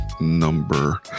number